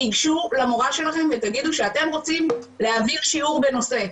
תיגשו למורה שלכם ותגידו שאתם רוצים להעביר בשיעור בנושא,